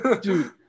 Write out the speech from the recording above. Dude